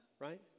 right